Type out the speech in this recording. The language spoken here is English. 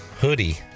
hoodie